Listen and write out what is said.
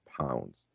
pounds